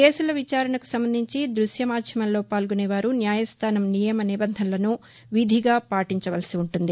కేసుల విచారణకు సంబంధించి దృశ్య మాధ్యమంలో పాల్గొనే వారు న్యాయస్థానం నియమ నిబంధనలను విధిగా పాటించవలసి వుంటుంది